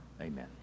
Amen